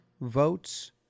votes